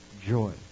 joy